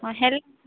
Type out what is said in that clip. ହଁ ହେଲ୍ପ୍